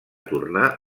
tornar